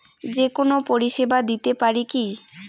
যে কোনো পরিষেবা দিতে পারি কি?